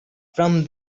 from